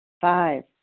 Five